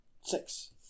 Six